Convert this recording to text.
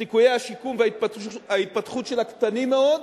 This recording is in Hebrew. סיכויי השיקום וההתפתחות שלה קטנים מאוד,